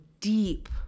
deep